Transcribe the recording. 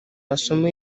masomo